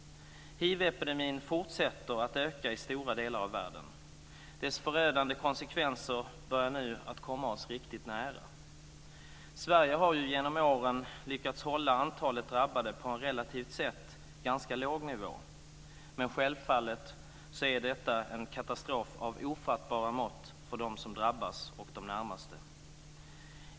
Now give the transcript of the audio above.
Hivepidemin fortsätter att öka i stora delar av världen. Dess förödande konsekvenser börjar nu att komma oss riktigt nära. Sverige har genom åren lyckats hålla antalet drabbade på en relativt sett ganska låg nivå. Men självfallet är detta en katastrof av ofattbara mått för dem som drabbas och de närmaste.